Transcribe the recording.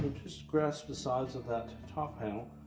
just grasp the sides of that top panel,